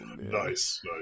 nice